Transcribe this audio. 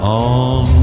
on